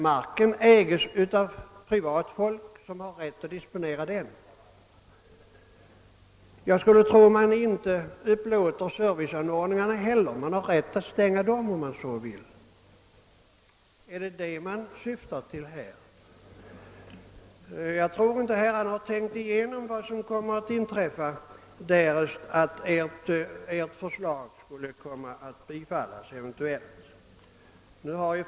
Marken äges av privatpersoner som har rätt att disponera den. Jag skulle tro att serviceanordningarna inte heller upplåtes. Dem har man också rätt att stänga, om man så vill. är detta vad herrarna syftar till? Jag tror inte att herrarna har tänkt igenom vad som skulle komma att inträffa, därest reservationen eventuellt skulle komma att bifallas.